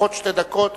לפחות שתי דקות.